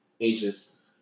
Ages